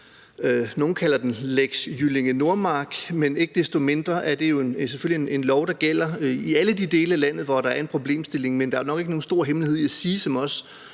Nogle kalder den lex Jyllinge Nordmark, men ikke desto mindre er det jo selvfølgelig en lov, der gælder i alle de dele af landet, hvor der er en problemstilling. Men det er nok ikke nogen stor hemmelighed, som